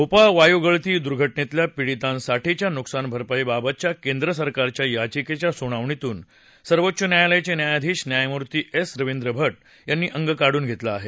भोपाळ वायूगळती दुर्घटनेतल्या पीडितांसाठीच्या नुकसान भरपाई बाबतच्या केंद्र सरकारच्या याचिकेच्या सुनावणीतून सर्वोच्च न्यायालयाचे न्यायाधीश न्यायमूर्ती एस रविंद्र भट यांनी अंग काढून घेतलं आहे